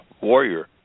warrior